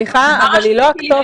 סליחה, אבל היא לא הכתובת.